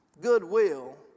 goodwill